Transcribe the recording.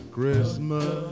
Christmas